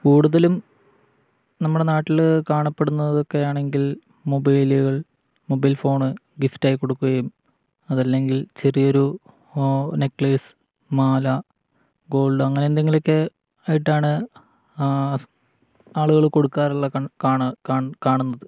കൂടുതലും നമ്മുടെ നാട്ടില് കാണപ്പെടുന്നതൊക്കെയാണെങ്കിൽ മൊബൈലുകൾ മൊബൈൽ ഫോണ് ഗിഫ്റ്റായി കൊടുക്കുകയും അതല്ലെങ്കിൽ ചെറിയൊരു നെക്ലേസ് മാല ഗോൾഡ് അങ്ങനെ എന്തെങ്കിലുമൊക്കെയായിട്ടാണ് ആളുകള് കൊടുക്കാറുള്ളത് കാണുന്നത്